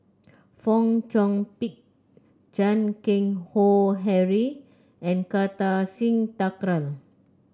Fong Chong Pik Chan Keng Howe Harry and Kartar Singh Thakral